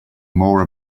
more